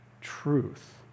truth